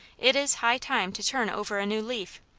it is high time to turn over a new leaf.